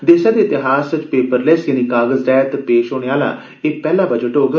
देसै दे इतिहास च पेपरलेस यानि कागज रैहत पेश होने आहला एह पैहला बजट होग